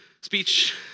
speech